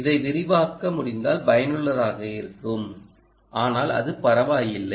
இதை விரிவாக்க முடிந்தால் பயனுள்ளதாக இருக்கும் ஆனால் அது பரவாயில்லை